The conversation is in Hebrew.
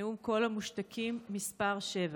נאום קול המושתקים מס' 7: